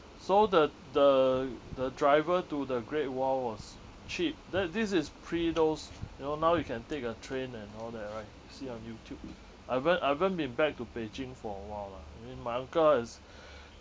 so the the the driver to the great wall was cheap that this is pre those you know now you can take a train and all that right see on youtube I haven't I haven't been back to beijing for a while lah I mean my uncle has